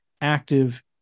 active